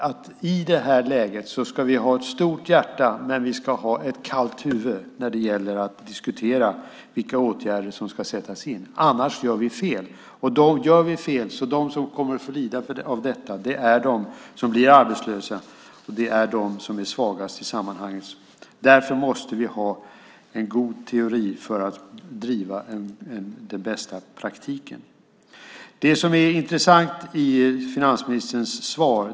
I detta läge ska vi ha ett stort hjärta, men vi ska ha ett kallt huvud när det gäller att diskutera vilka åtgärder som ska vidtas, annars gör vi fel. Om vi gör fel är det de som blir arbetslösa som kommer att få lida av detta, och det är de som är svagast i sammanhanget. Därför måste vi ha en god teori för att driva den bästa praktiken. Det är tre saker som är intressanta i finansministerns svar.